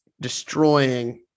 destroying